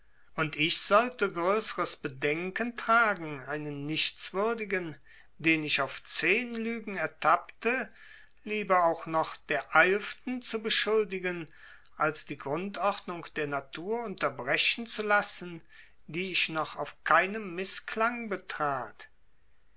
und ich sollte größeres bedenken tragen einen nichtswürdigen den ich auf zehn lügen ertappte lieber auch noch der eilften zu beschuldigen als die grundordnung der natur unterbrechen zu lassen die ich noch auf keinem mißklang betrat